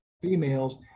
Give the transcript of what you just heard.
females